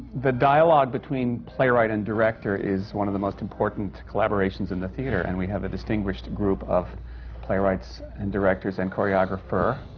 the dialogue between playwright and director is one of the most important collaborations in the theatre. and we have a distinguished group of playwrights and directors and choreographer.